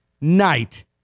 night